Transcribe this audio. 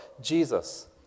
Jesus